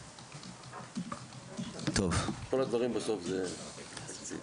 כל הדברים בסוף זה תקציב.